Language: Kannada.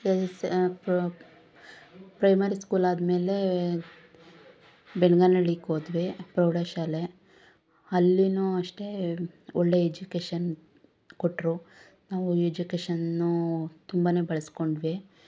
ಪ್ರೈಮರಿ ಸ್ಕೂಲ್ ಆದಮೇಲೆ ಬೆನ್ಗಾನಳ್ಳಿಗ್ಹೋದ್ವಿ ಪ್ರೌಢ ಶಾಲೆ ಅಲ್ಲಿನೂ ಅಷ್ಟೇ ಒಳ್ಳೇ ಎಜುಕೇಷನ್ ಕೊಟ್ಟರು ನಾವು ಎಜುಕೇಷನ್ನು ತುಂಬಾನೇ ಬಳಸಿಕೊಂಡ್ವಿ